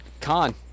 Con